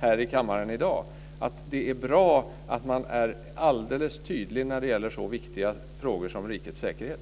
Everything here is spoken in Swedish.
här i kammaren i dag om att det är bra att man är alldeles tydlig när det gäller så viktiga frågor som rikets säkerhet?